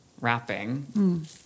wrapping